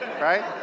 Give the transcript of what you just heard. right